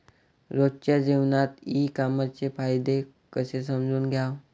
रोजच्या जीवनात ई कामर्सचे फायदे कसे समजून घ्याव?